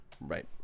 Right